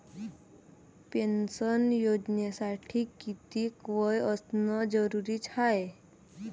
Pension योजनेसाठी कितीक वय असनं जरुरीच हाय?